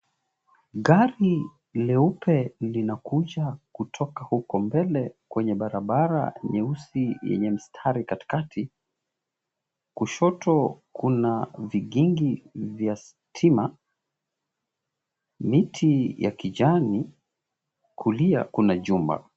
Gari jeupe linakuja kutoka huko mbele kwenye barabara nyeusi yenye mstari katikati. Kushoto kuna vikingi vya stima, miti ya kijani, kulia kuna chumba.